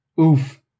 Oof